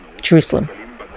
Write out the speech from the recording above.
Jerusalem